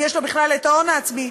אם יש לו בכלל ההון העצמי,